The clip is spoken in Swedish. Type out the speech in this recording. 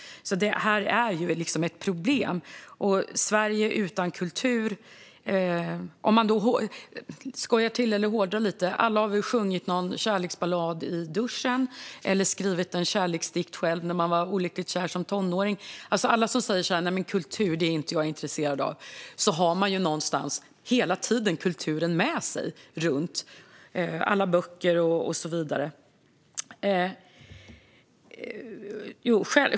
Det här är ett problem. När det gäller ett Sverige utan kultur kan jag skoja till det eller hårdra det lite grann. Alla har vi väl sjungit någon kärleksballad i duschen eller skrivit en kärleksdikt när vi som tonåringar var olyckligt kära. Men alla som säger att de inte är intresserade av kultur har ju någonstans hela tiden kulturen med sig i form av alla böcker och så vidare.